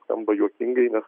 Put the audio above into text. skamba juokingai nes